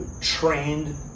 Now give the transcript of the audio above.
Trained